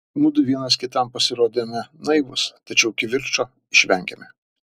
mudu vienas kitam pasirodėme naivūs tačiau kivirčo išvengėme